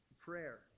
prayer